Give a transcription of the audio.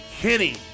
Kenny